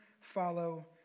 follow